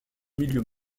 milieu